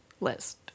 list